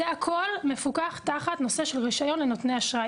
כל זה מפוקח תחת הנושא של רישיון לנותני אשראי.